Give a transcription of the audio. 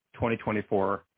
2024